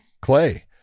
clay